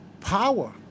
power